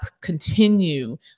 continue